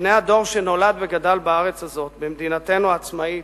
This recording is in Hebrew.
בני הדור שנולד וגדל בארץ הזו, במדינתנו העצמאית,